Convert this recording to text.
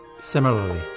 Similarly